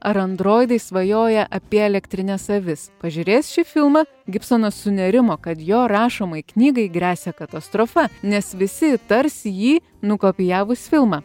ar androidai svajoja apie elektrines avis pažiūrėjęs šį filmą gibsonas sunerimo kad jo rašomai knygai gresia katastrofa nes visi įtars jį nukopijavus filmą